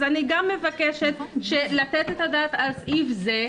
אז אני גם מבקשת לתת את הדעת על סעיף זה,